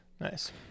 Nice